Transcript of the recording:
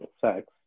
sex